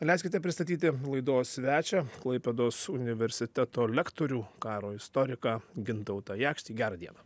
leiskite pristatyti laidos svečią klaipėdos universiteto lektorių karo istoriką gintautą jakštį gera diena